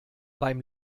beim